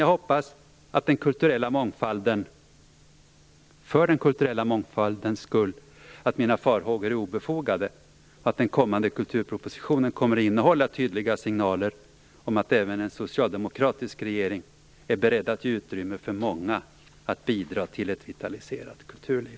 Jag hoppas för den kulturella mångfaldens skull att mina farhågor är obefogade och att den kommande kulturpropositionen kommer att innehålla tydliga signaler om att även en socialdemokratisk regering är beredd att ge utrymme för många att bidra till ett vitaliserat kulturliv.